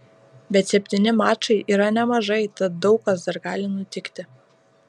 bet septyni mačai yra nemažai tad daug kas dar gali nutikti